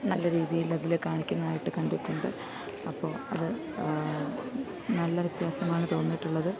നല്ല രീതിയിൽ അതിൽ കാണിക്കുന്നതായിട്ട് കണ്ടിട്ടുണ്ട് അപ്പോൾ അത് നല്ല വ്യത്യാസമാണ് തോന്നിയിട്ടുള്ളത്